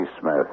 Smith